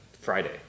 Friday